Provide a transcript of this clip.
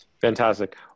Fantastic